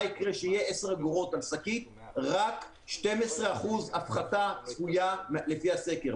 יקרה כשישלמו 10 אגורות על שקית רק 12% הפחתה צפויה לפי הסקר,